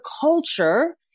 culture